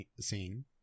scene